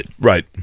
right